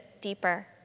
deeper